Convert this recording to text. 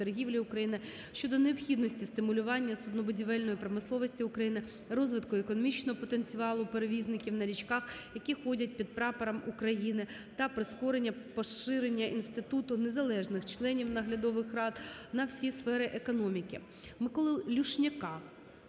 торгівлі України щодо необхідності стимулювання суднобудівельної промисловості України, розвитку економічного потенціалу перевізників на річках, які ходять під Прапором України, та прискорення поширення інституту незалежних членів наглядових рад на всі сфери економіки.